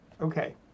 Okay